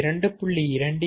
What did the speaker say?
12